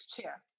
chair